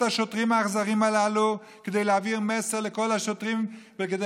השוטרים האכזרים הללו כדי להעביר מסר לכל השוטרים וכדי